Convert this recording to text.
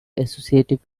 associative